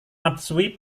matsui